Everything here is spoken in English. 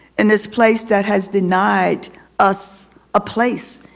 in this place that has denied us a place.